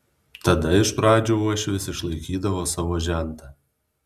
tada iš pradžių uošvis išlaikydavo savo žentą